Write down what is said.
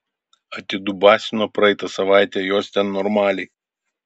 atidubasino praeitą savaitę juos ten normaliai